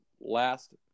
last